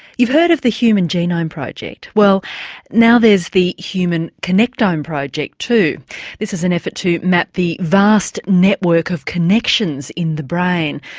you've heard of the human genome project well now there's the human connectome project too this is an effort to map the vast network of connections in the brain.